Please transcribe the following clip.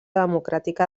democràtica